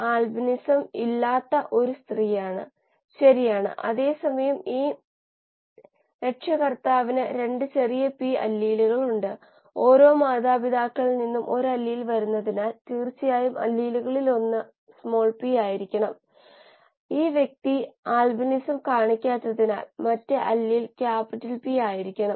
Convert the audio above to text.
സ്റ്റോകിയോമെട്രിയുടെ ഉപയോഗത്തിന് വളരെ ഉപകാരപ്രദമായ ഒരു ആശയമാണ് ഡിഗ്രി ഓഫ് റിഡക്റ്റൻസ് എന്ന് വിളിക്കുന്നത്